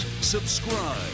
subscribe